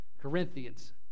Corinthians